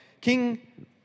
King